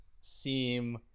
seem